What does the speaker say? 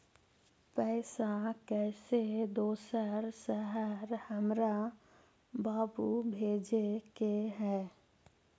पैसा कैसै दोसर शहर हमरा बाबू भेजे के है?